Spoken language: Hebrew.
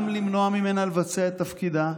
גם למנוע ממנה לבצע את תפקידה,